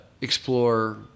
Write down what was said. explore